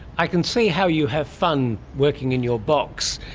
i can see how you have fun working in your box.